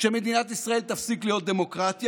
כשמדינת ישראל תפסיק להיות דמוקרטיה